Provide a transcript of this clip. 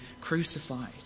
crucified